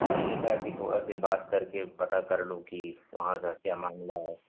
تو میں نے کہا کہ تھوڑا سا بات کر کے پتا کر لوں کہ وہاں کا کیا معاملہ ہے